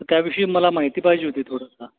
तर त्याविषयी मला माहिती पाहिजे होती थोडं